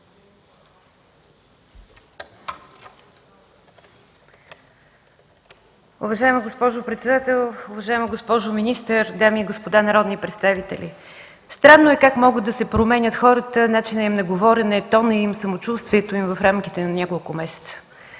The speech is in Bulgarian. Уважаема госпожо председател, уважаема госпожо министър, дами и господа народни представители! Странно е как могат да се променят хората, начинът им на говорене, тонът им, самочувствието им в рамките на няколко месеца.